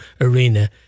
arena